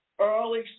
early